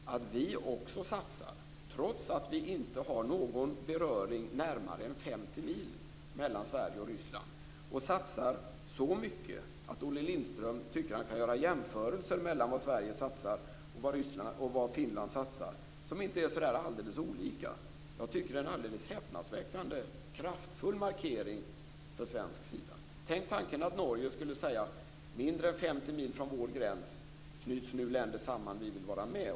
Vi satsar också, trots att Sverige och Ryssland inte har någon beröring och trots att det aldrig är närmare än 50 mil mellan länderna, och vi satsar så mycket att Olle Lindström tycker att han kan göra jämförelser mellan vad Sverige satsar och vad Finland satsar. Det är inte alldeles olika. Jag tycker att det är en alldeles häpnadsväckande kraftfull markering från svenska sida. Tänk tanken att Norge skulle säga: "Mindre än 50 mil från vår gräns knyts nu länder samman. Vi vill vara med".